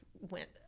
went